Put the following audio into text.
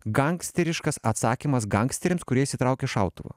gangsteriškas atsakymas gangsteriams kurie išsitraukė šautuvą